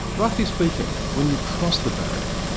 roughly speaking, when you cross the barrier,